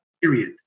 period